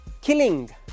Killing